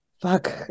fuck